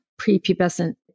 prepubescent